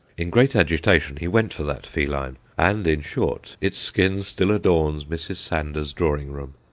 in great agitation he went for that feline, and, in short, its skin still adorns mrs. sander's drawing-room.